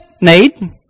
need